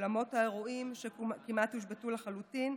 אולמות האירועים כמעט הושבתו לחלוטין.